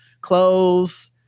clothes